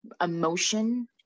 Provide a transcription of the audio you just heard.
emotion